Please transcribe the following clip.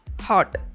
hot